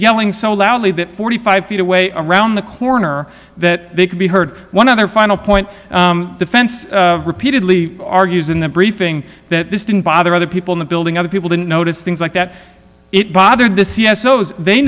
yelling so loudly that forty five feet away around the corner that they could be heard one other final point defense repeatedly argues in the briefing that this didn't bother other people in the building other people didn't notice things like that it bothered the c s so's they